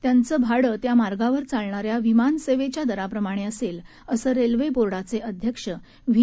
त्यांचे भाडे त्या मार्गावर चालणाऱ्या विमान सेवेच्या दराप्रमाणे असेल असं रेल्वे बोर्डाचे अध्यक्ष व्ही